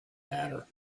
matter